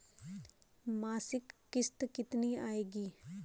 मासिक किश्त कितनी आएगी?